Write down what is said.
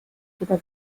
tugev